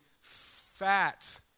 fat